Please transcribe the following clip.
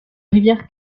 rivière